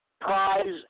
prize